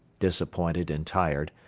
disappointed and tired,